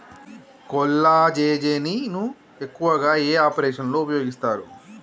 కొల్లాజెజేని ను ఎక్కువగా ఏ ఆపరేషన్లలో ఉపయోగిస్తారు?